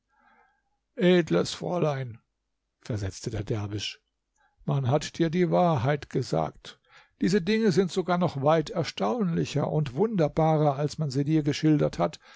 edles fräulein versetzte der derwisch man hat dir die wahrheit gesagt diese dinge sind sogar noch weit erstaunlicher und wunderbarer als man sie dir geschildert hat